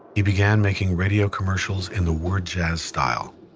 he began making radio commercials in the word jazz style.